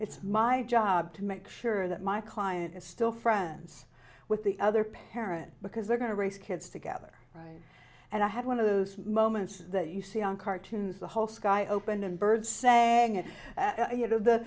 it's my job to make sure that my client is still friends with the other parent because they're going to raise kids together and i had one of those moments that you see on cartoons the whole sky open and birds saying you know the